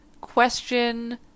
question